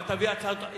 אבל תביא הצעות,